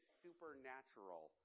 supernatural